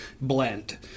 blend